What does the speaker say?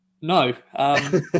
No